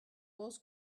was